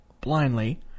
blindly